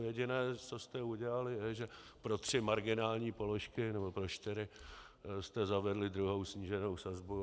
Jediné, co jste udělali, je, že pro tři marginální položky, nebo pro čtyři, jste zavedli druhou sníženou sazbu.